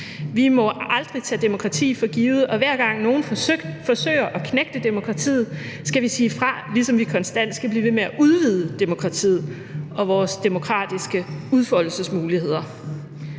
Vi må aldrig tage demokratiet for givet, og hver gang nogen forsøger at knægte demokratiet, skal vi sige fra, ligesom vi konstant skal blive ved med at udvide demokratiet og vores demokratiske udfoldelsesmuligheder.